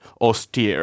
austere